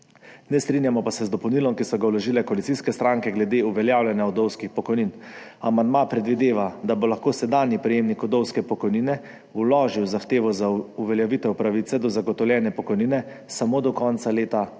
Ne strinjamo pa se z dopolnilom, ki so ga vložile koalicijske stranke glede uveljavljanja vdovskih pokojnin. Amandma predvideva, da bo lahko sedanji prejemnik vdovske pokojnine vložil zahtevo za uveljavitev pravice do zagotovljene pokojnine samo do konca leta